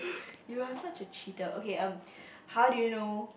you are such a cheater okay um how do you know